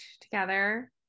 together